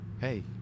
Hey